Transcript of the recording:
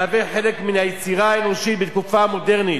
מהווה חלק מן היצירה האנושית בתקופה המודרנית,